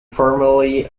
formerly